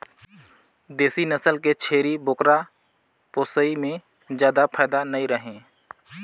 देसी नसल के छेरी बोकरा पोसई में जादा फायदा नइ रहें